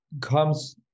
comes